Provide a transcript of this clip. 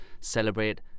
celebrate